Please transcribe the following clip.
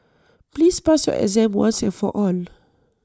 please pass your exam once and for all